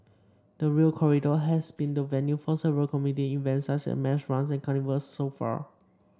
the Rail Corridor has been the venue for several community events such as mass runs and carnivals so far